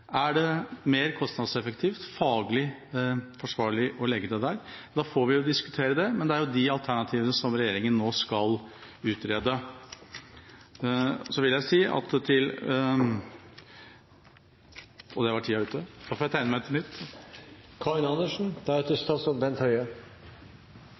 Er det mer kostnadseffektivt og faglig forsvarlig å legge det der, får vi diskutere det. Det er de alternativene som regjeringa nå skal utrede. Så vil jeg si ….– Der var visst tida ute. Da får jeg tegne meg